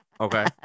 okay